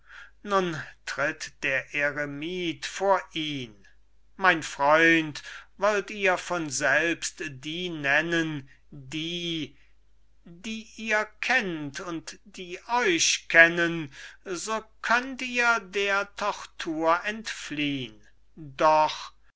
nun tritt der eremit vor ihn mein freund wollt ihr von selbst die nennen die die ihr kennt und die euch kennen so könnt ihr der tortur entfliehn doch